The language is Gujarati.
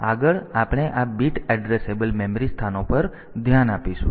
તેથી આગળ આપણે આ બીટ એડ્રેસેબલ મેમરી સ્થાનો પર ધ્યાન આપીશું